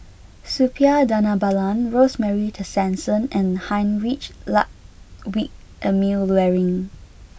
Suppiah Dhanabalan Rosemary Tessensohn and Heinrich Ludwig Emil Luering